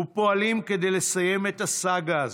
ופועלים כדי לסיים את הסאגה הזו.